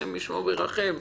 אם יעבירו את